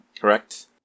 correct